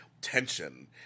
tension